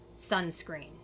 sunscreen